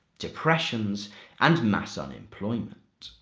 depressions and mass unemployment'.